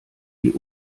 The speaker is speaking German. die